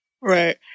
right